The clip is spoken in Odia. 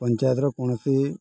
ପଞ୍ଚାୟତର କୌଣସି